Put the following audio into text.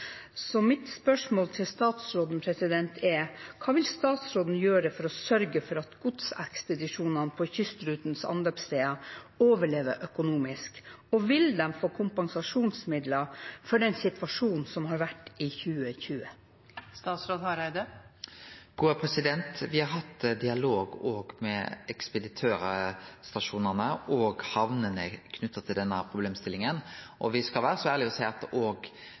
Mitt spørsmål til statsråden er: Hva vil statsråden gjøre for å sørge for at godsekspedisjonene på kystrutens anløpssteder overlever økonomisk, og vil de få kompensasjonsmidler for den situasjonen som har vært i 2020? Me har hatt dialog òg med ekspeditørstasjonane og hamnene om denne problemstillinga. Me skal vere så ærlege å seie at